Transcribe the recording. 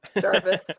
Jarvis